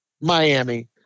Miami